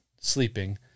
sleeping